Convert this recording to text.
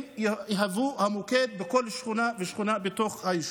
גם יהוו המוקד בכל שכונה ושכונה בתוך היישוב.